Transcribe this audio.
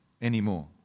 anymore